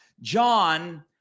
John